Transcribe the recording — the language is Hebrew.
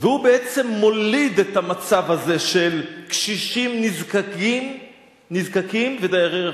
והוא בעצם מוליד את המצב הזה של קשישים נזקקים ודיירי רחוב: